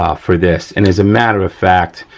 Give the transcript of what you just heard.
ah for this, and as a matter of fact,